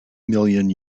million